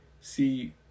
see